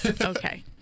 Okay